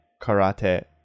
karate